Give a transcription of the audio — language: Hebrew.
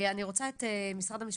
אני רוצה את משרד המשפטים,